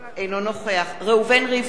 אינו נוכח ראובן ריבלין,